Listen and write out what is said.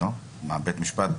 בית משפט